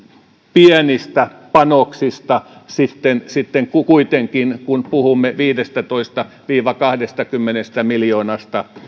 pienistä panoksista sitten sitten kuitenkin kun puhumme viidestätoista viiva kahdestakymmenestä miljoonasta